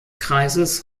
kreises